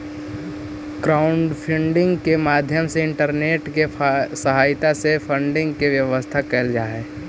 crowdfunding के माध्यम से इंटरनेट के सहायता से फंडिंग के व्यवस्था कैल जा हई